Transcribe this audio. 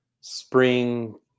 spring